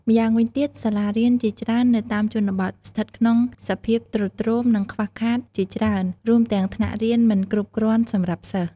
ម្យ៉ាងវិញទៀត សាលារៀនជាច្រើននៅតាមជនបទ ស្ថិតក្នុងសភាពទ្រុឌទ្រោម និងខ្វះខាតជាច្រើន រួមទាំងថ្នាក់រៀនមិនគ្រប់គ្រាន់សម្រាប់សិស្ស។